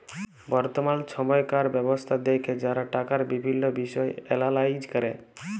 বর্তমাল সময়কার ব্যবস্থা দ্যাখে যারা টাকার বিভিল্ল্য বিষয় এলালাইজ ক্যরে